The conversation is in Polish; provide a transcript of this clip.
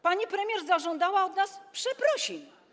Pani premier zażądała od nas przeprosin.